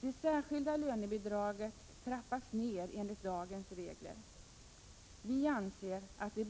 Det särskilda lönebidraget trappas ner enligt dagens regler. Vi anser attdet — Prot.